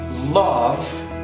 love